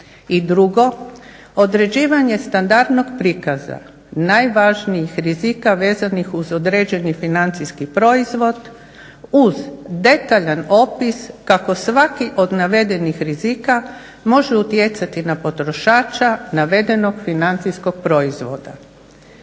I drugo, određivanje standardnog prikaza najvažnijih rizika vezanih uz određeni financijski proizvod uz detaljan opis kako svaki od navedenih rizika može utjecati na potrošača navedenog financijskog proizvoda.